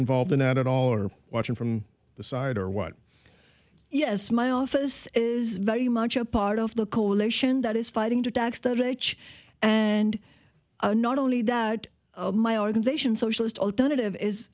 involved in that at all or watching from the side or what yes my office is very much a part of the coalition that is fighting to tax the rich and not only that my organization socialist alternative is